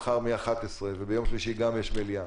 מחר מהשעה 11 וביום שלישי גם משעות הבוקר,